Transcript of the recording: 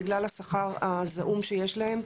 בגלל השכר הזעום שיש להם,